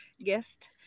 guest